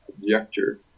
objector